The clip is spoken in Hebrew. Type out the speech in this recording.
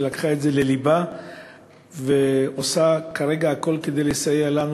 שלקחה את הנושא הזה ללבה ועושה כרגע הכול כדי לסייע לנו,